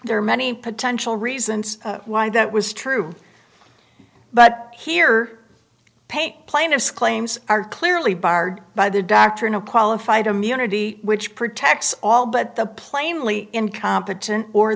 there are many potential reasons why that was true but here paint plaintiff's claims are clearly barred by the doctrine of qualified immunity which protects all but the plainly incompetent or